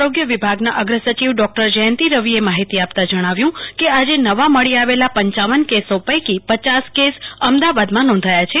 આરોગ્ય વિભાગના અગ્ર સચિવ ડોકટર જયતિ રવિએ માહિતી આપતાં જણાવ્યું કે આજે નવા મળી આવેલા પંચાવન કેસો પૈકો પચાસ કેસ અમદાવાદમાં નાંધાયા છે